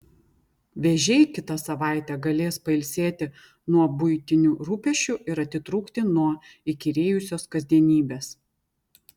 vėžiai kitą savaitę galės pailsėti nuo buitinių rūpesčių ir atitrūkti nuo įkyrėjusios kasdienybės